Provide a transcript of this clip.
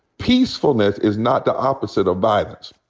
peacefulness is not the opposite of violence.